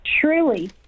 truly